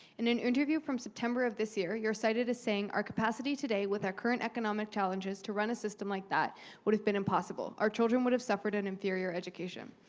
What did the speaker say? in an interview from september of this year, you're cited as saying, our capacity today with our current economic challenges to run a system like that would have been impossible. our children would have suffered an inferior education.